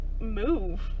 move